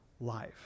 life